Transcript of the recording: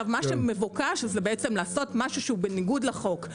מה שמבוקש זה לעשות משהו שהוא בניגוד לחוק.